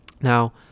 Now